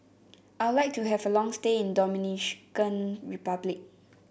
I would like to have a long stay in Dominican Republic